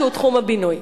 שהוא תחום הבינוי.